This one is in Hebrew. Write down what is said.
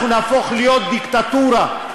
נהפוך להיות דיקטטורה.